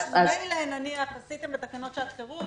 מילא הארכתם בתקנות שעת חירום,